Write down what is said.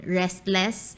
restless